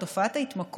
על תופעת ההתמכרות,